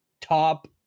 top